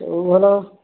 ସବୁ ଭଲ